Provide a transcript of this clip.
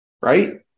Right